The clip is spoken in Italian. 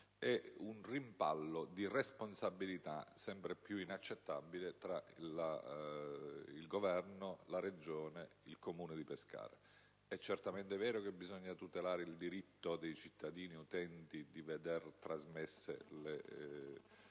e un rimpallo di responsabilità sempre più inaccettabile tra il Governo, la Regione e il Comune di Pescara. È certamente vero che bisogna tutelare il diritto dei cittadini utenti di vedersi raggiunti